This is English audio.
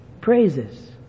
praises